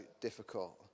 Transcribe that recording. difficult